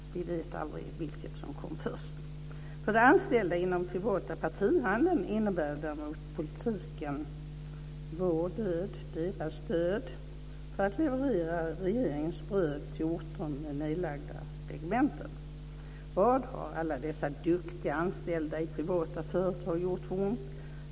Vi vet aldrig vilket som kom först. För de anställda inom den privata partihandeln innebär däremot politiken deras död för att leverera regeringens bröd till orter med nedlagda regementen. Vad har alla dessa duktiga i privata företag gjort för ont?